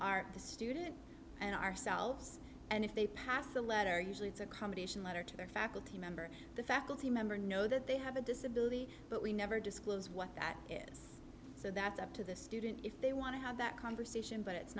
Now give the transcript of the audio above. the student and ourselves and if they pass a letter usually it's a combination letter to their faculty member the faculty member know that they have a disability but we never disclose what that is so that's up to the student if they want to have that conversation but it's